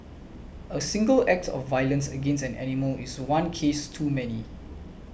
a single act of violence against an animal is one case too many